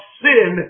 sin